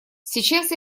сейчас